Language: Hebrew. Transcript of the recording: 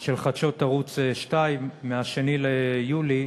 של חדשות ערוץ 2 מ-2 ביולי,